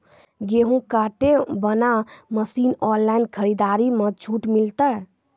गेहूँ काटे बना मसीन ऑनलाइन खरीदारी मे छूट मिलता?